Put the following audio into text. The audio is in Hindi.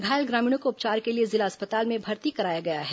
घायल ग्रामीणों को उपचार के लिए जिला अस्पताल में भर्ती कराया गया है